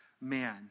man